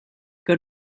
que